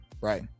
right